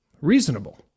reasonable